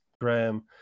Graham